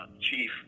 chief